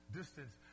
distance